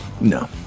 No